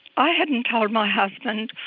i hadn't told my husband,